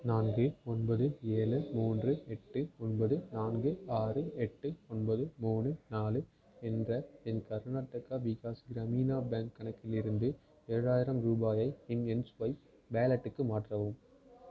நான்கு ஒன்பது ஏழு மூன்று எட்டு ஒன்பது நான்கு ஆறு எட்டு ஒன்பது மூணு நாலு என்ற என் கர்நாடகா விகாஸ் கிரமினா பேங்க் கணக்கிலிருந்து ஏழாயிரம் ரூபாயை என் எம்ஸ்வைப் வாலெட்டுக்கு மாற்றவும்